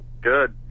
Good